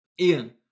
Ian